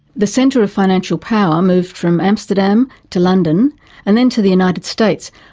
the centre of financial power moved from amsterdam to london and then to the united states,